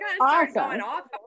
awesome